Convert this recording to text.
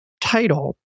title